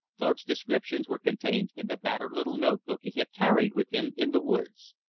thorpe's descriptions were contained in the battered little note-book he had carried with him in the woods.